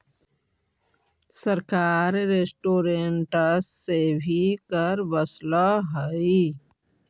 सरकार रेस्टोरेंट्स से भी कर वसूलऽ हई